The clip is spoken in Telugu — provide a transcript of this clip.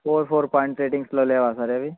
ఫోర్ ఫోర్ పాయింట్ రేటింగ్స్లో లేవా సార్ ఏవీ